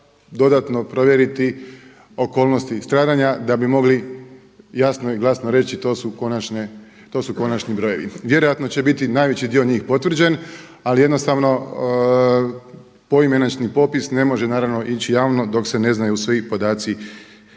dodatno provjeriti okolnosti i stradanja da bi mogli jasno i glasno reći to su konačni brojevi. Vjerojatno će biti najveći dio njih potvrđen ali jednostavno poimenični popis ne može naravno ići javno dok se ne znaju svi podaci